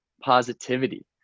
positivity